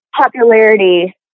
popularity